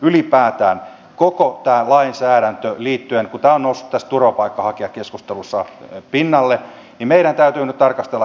kun tämä on noussut tässä turvapaikanhakijakeskustelussa pinnalle niin meidän täytyy nyt tarkastella koko tämä lainsäädäntö